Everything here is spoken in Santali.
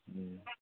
ᱦᱮᱸ